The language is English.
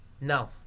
No